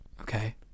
okay